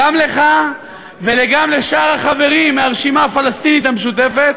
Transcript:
גם לך וגם לשאר החברים מהרשימה הפלסטינית המשותפת,